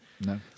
No